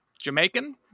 jamaican